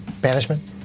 Banishment